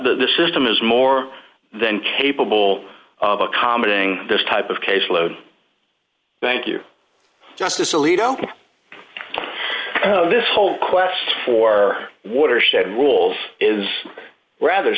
the system is more than capable of accommodating this type of caseload thank you justice alito this whole quest for watershed rules is rather